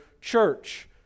church